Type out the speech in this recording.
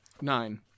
nine